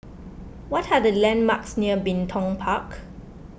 what are the landmarks near Bin Tong Park